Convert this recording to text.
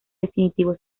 definitivo